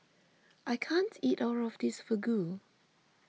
I can't eat all of this Fugu